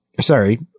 sorry